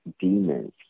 demons